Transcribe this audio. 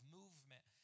movement